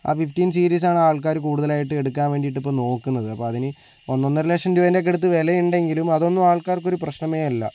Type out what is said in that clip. fifteen സീരീസാണ് ആൾക്കാര് കൂടുതലായിട്ടും എടുക്കാൻ വേണ്ടിയിട്ട് ഇപ്പോൾ നോക്കുന്നത് അപ്പോൾ അതിന് ഒന്നൊന്നര ലക്ഷം രൂപേന്റെയൊക്കെ അടുത്ത് വിലയുണ്ടെങ്കിലും അതൊന്നും ആൾക്കാർക്ക് ഒരു പ്രശ്നമേ അല്ല